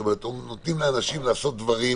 נותנים לאנשים לעשות דברים